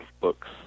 books